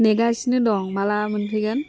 नेगासिनो दं माला मोनफैगोन